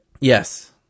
Yes